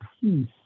peace